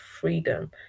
freedom